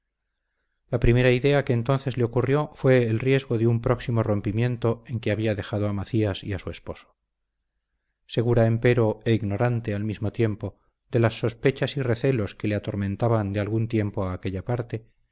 la primera idea que entonces le ocurrió fue el riesgo de un próximo rompimiento en que había dejado a macías y a su esposo segura empero e ignorante al mismo tiempo de las sospechas y recelos que le atormentaban de algún tiempo a aquella parte